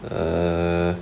err